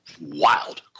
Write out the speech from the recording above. wild